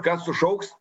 ką sušauks